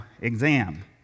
exam